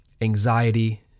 anxiety